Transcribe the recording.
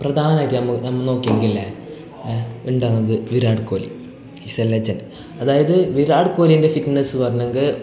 പ്രധാനമായിട്ട് ആല്ല നമ്മൾ നോക്കിയെങ്കിൽ ഇല്ലെൽ ഉണ്ടാവുന്നത് Virat Kohli is a legend അതായത് വിരാട് കോഹ്ലിൻ്റെ ഫിറ്റ്നസ് പറഞ്ഞെങ്കിൽ